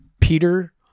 Peter